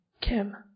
Kim